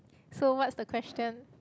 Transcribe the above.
so what's the question